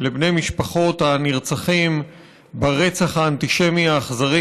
לבני משפחות הנרצחים ברצח האנטישמי האכזרי